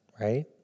right